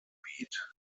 gebiet